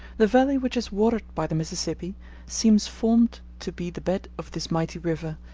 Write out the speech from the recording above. the valley which is watered by the mississippi seems formed to be the bed of this mighty river,